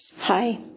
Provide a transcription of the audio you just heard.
Hi